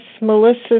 Melissa